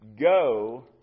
Go